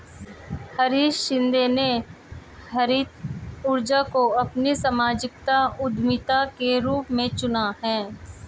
हरीश शिंदे ने हरित ऊर्जा को अपनी सामाजिक उद्यमिता के रूप में चुना है